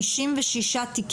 56?